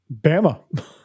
Bama